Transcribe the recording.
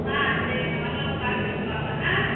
ஆ சரிம்மா வர்றப்போ கால் பண்ணிட்டு வாங்க ஆ